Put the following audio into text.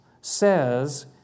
says